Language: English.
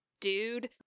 dude